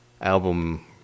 album